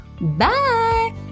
Bye